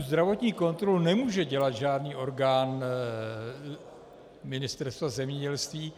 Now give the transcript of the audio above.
Zdravotní kontrolu nemůže dělat žádný orgán Ministerstva zemědělství.